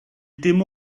dim